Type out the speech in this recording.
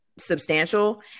substantial